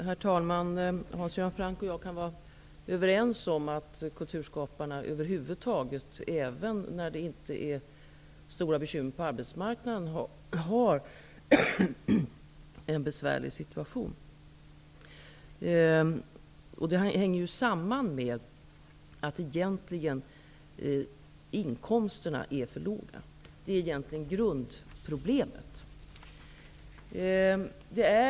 Herr talman! Hans Göran Franck och jag kan vara överens om att kulturskaparna över huvud taget, även när det inte råder stora bekymmer på arbetsmarknaden, har en besvärlig situation. Det hänger samman med att inkomsterna är för låga, och det är det egentliga grundproblemet.